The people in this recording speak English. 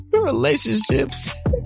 relationships